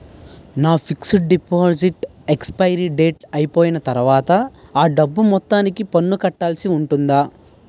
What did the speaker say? నా fixed deposit expiry date అయిపోయిన తర్వాత అ డబ్బు మొత్తానికి పన్ను కట్టాల్సి ఉంటుందా?